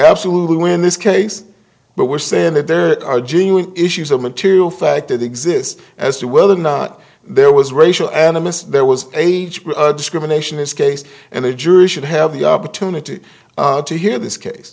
absolutely win this case but we're saying that there are genuine issues of material fact that exist as to whether or not there was racial animus there was age discrimination is case and the jury should have the opportunity to hear this case